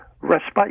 respite